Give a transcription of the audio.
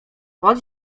pod